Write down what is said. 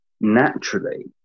naturally